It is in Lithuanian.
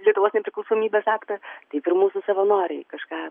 lietuvos nepriklausomybės aktą taip ir mūsų savanoriai kažką